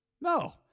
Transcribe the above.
No